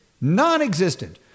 Non-existent